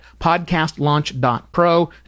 podcastlaunch.pro